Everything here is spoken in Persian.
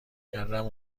کردم